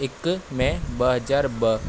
हिकु मे ॿ हज़ार ॿ